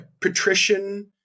patrician